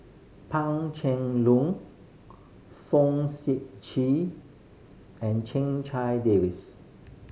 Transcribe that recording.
Pan Cheng Fong Sip Chee and Davies